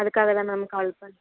அதுக்காக தான் ma'am call பண்ணே